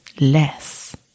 less